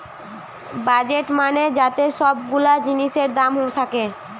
budget মানে যাতে সব গুলা জিনিসের দাম থাকে